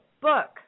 book